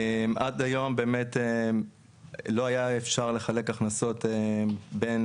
עד היום לא היה אפשר לחלק הכנסות בין